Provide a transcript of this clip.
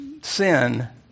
sin